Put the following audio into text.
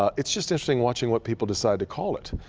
it's just interesting watching what people decide to call it.